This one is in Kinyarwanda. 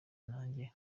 nanjye